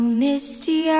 misty